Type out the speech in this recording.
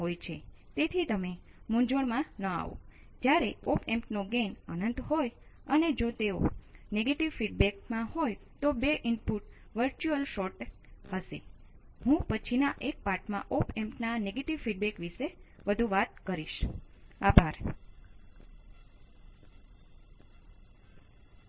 અહી મુખ્ય મુદ્દો એ છે કે ઇનપુટ રેજિસ્ટન્સ ને સાકાર કરવા માટે પણ થઈ શકે છે વગેરે